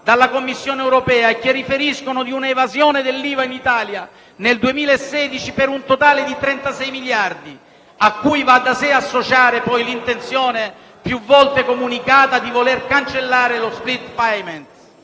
dalla Commissione europea, che riferiscono di un'evasione dell'IVA in Italia, nel 2016, per un totale di 36 miliardi di euro, a cui va da sé associare l'intenzione, più volte comunicata, di voler cancellare lo *split payment*.